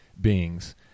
beings